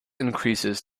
increases